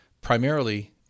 primarily